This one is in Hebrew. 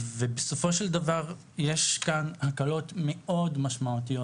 ובסופו של דבר יש כאן הקלות מאוד משמעותיות